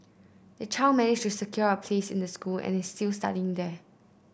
the child managed to secure a place in the school and is still studying there